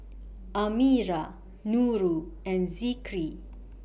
Amirah Nurul and Zikri